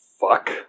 fuck